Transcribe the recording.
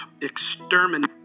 exterminate